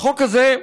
החוק הזה,